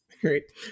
Great